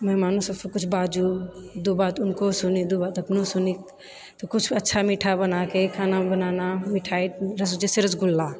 मेहमानो सभसँ किछु बाजू दू बात उनको सुनि दू बात अपनो सुनि तऽ किछु अच्छा मीठा बनाकऽ खानामे बनाना मिठाई रस जैसे रसगुल्ला